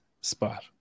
spot